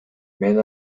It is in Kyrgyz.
мен